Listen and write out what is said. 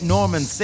Norman